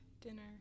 dinner